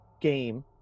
game